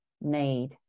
need